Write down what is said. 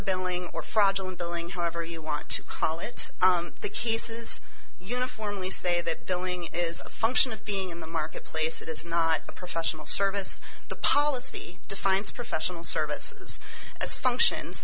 billing or fraudulent dilling however you want to call it the case is uniformly say that billing is a function of being in the marketplace it is not a professional service the policy defines professional services as functions